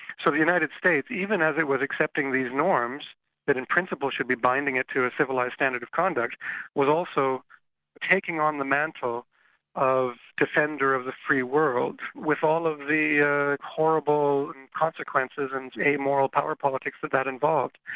so the united states, even as it was accepting these norms that in principle should be binding it to a civilised standard of conduct was also taking on the mantle of defender of the free world with all of the ah horrible consequences and amoral power politics that that involved.